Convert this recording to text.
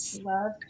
love